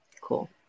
Cool